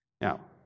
Now